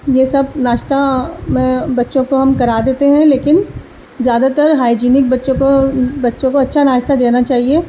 یہ سب ناشتہ بچوں کو ہم کرا دیتے ہیں لیکن زیادہ تر ہائجینک بچوں کو بچوں کو اچھا ناشتہ دینا چاہیے